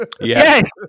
Yes